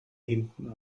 hinten